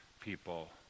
people